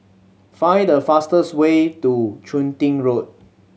find the fastest way to Chun Tin Road